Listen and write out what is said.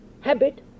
habit